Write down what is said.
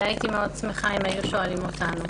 הייתי שמחה מאוד אם היו שואלים אותנו.